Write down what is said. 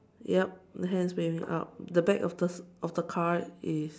yup hands raising up the back of the of the car is